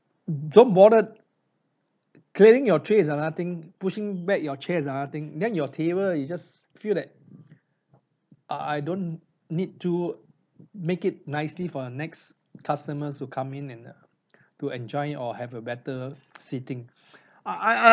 don't bother clearing your trays ah I think pushing back your chairs ah I think then your table you just feel like I I don't need to make it nicely for the next customers who come in and uh to enjoy or have a better sitting I I I